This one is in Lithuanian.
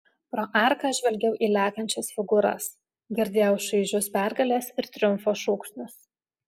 pro arką žvelgiau į lekiančias figūras girdėjau šaižius pergalės ir triumfo šūksnius